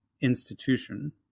institution